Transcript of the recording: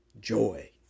joy